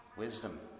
Wisdom